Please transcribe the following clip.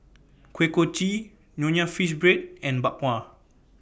Kuih Kochi Nonya Fish Bread and Bak Kwa